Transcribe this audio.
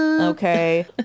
Okay